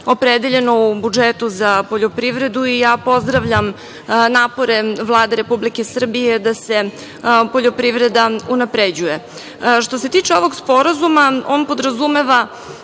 opredeljeno u budžetu za poljoprivredu i ja pozdravljam napore Vlade Republike Srbije da se poljoprivreda unapređuje. Što se tiče ovog sporazuma, on podrazumeva